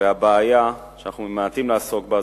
והבעיה שאנחנו ממעטים לעסוק בה,